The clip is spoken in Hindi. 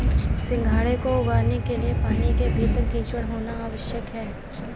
सिंघाड़े को उगाने के लिए पानी के भीतर कीचड़ होना आवश्यक है